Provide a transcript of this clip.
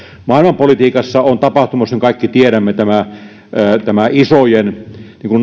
maailmanpolitiikassa on tapahtumassa niin kuin kaikki tiedämme isojen